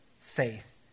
faith